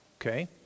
Okay